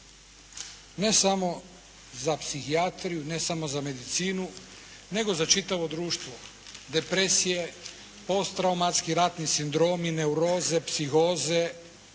ne samo za psihijatriju, ne samo za medicinu nego za čitavo društvo. Depresije, posttraumatski ratni sindromi, neuroze, psihoze.